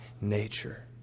nature